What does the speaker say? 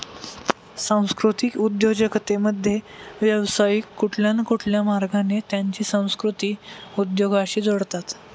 सांस्कृतिक उद्योजकतेमध्ये, व्यावसायिक कुठल्या न कुठल्या मार्गाने त्यांची संस्कृती उद्योगाशी जोडतात